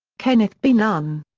kenneth b. nunn.